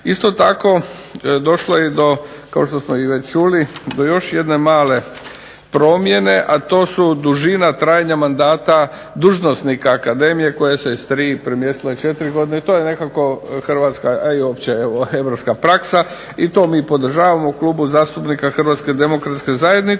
Isto tako došlo je, kao što smo već čuli do još jedne male promjene a to su dužina trajanja mandata dužnosnika akademije koja se s tri premjestila na 4 godine to je nekako Hrvatska i opće Europska praksa i to mi podržavamo u krugu zastupnika Hrvatske demokratske zajednice.